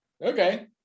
Okay